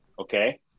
Okay